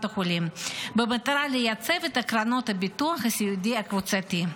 החולים במטרה לייצב את קרנות הביטוח הסיעודי הקבוצתי.